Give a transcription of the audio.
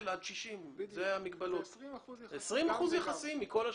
עד 60. מדובר על 20% יחסיים מכל השטח.